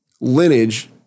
lineage